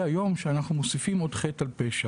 היום הוא שאנחנו מוסיפים עוד חטא על פשע.